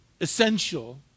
essential